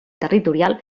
territorial